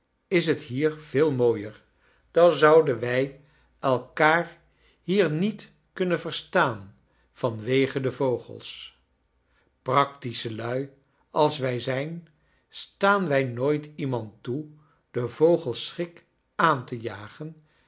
is t hier veel mooier dan zouden wij elkaar hier niet kunnen verstaan van wege de vogels prao tische lui als wij zijn staan wij nooit iemand toe den vogels schrik aan te ja gen